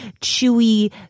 chewy